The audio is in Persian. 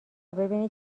ببینید